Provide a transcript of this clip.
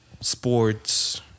sports